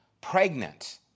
pregnant